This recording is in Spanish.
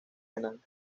penal